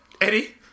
Eddie